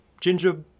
ginger